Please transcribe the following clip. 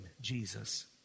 Jesus